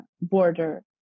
border